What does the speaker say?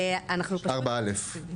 4(א).